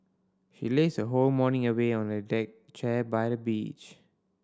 she lazed her whole morning away on a deck chair by the beach